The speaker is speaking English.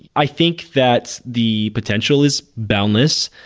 i think that the potential is boundless.